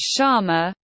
Sharma